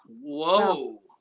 Whoa